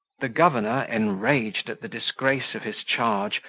the governor, enraged at the disgrace of his charge,